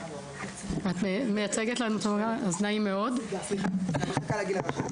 מהמחלקה לגיל הרך.